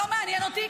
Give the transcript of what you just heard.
מהיום הוא חבר